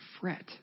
fret